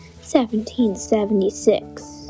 1776